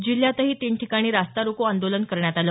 जिल्ह्यातही तीन ठिकाणी रास्ता रोको आंदोलन करण्यात आलं